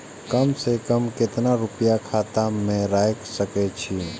कम से कम केतना रूपया खाता में राइख सके छी?